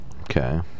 okay